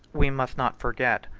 we must not forget,